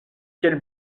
quel